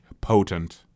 potent